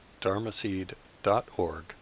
dharmaseed.org